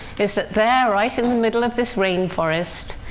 is that there, right in the middle of this rainforest,